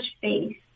faith